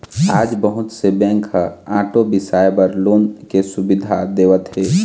आज बहुत से बेंक ह आटो बिसाए बर लोन के सुबिधा देवत हे